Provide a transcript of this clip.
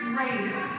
later